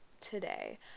today